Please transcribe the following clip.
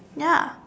ya